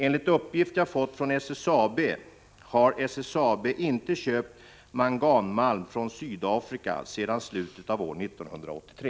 Enligt uppgift jag fått från SSAB har SSAB inte köpt manganmalm från Sydafrika sedan slutet av år 1983.